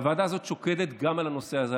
והוועדה הזאת שוקדת גם על הנושא הזה.